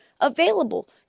available